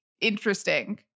interesting